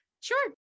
Sure